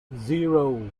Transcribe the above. zero